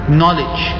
knowledge